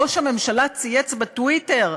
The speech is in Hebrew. ראש הממשלה צייץ בטוויטר.